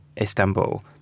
Istanbul